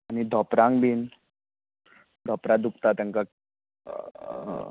आनी धोंपरांक बी धोंपरां दुकता तांकां